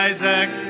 Isaac